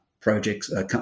projects